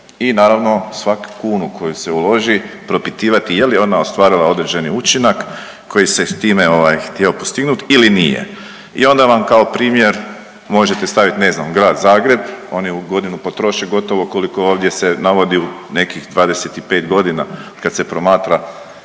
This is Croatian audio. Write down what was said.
i naravno svaku kunu koju se uloži propitivati je li ona ostvarila određeni učinak koji se s time ovaj htio postignut ili nije. I onda vam kao primjer možete staviti ne znam Grad Zagreb, oni u godinu potroše gotovo koliko ovdje se navodi u nekih 25 godina od kad se promatra